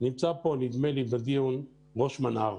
נדמה לי שנמצא פה בדיון ראש מנה"ר